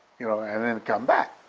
you know, and then come back.